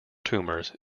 tumors